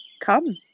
Come